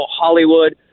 Hollywood